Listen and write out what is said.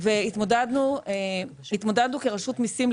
התמודדנו כרשות המיסים,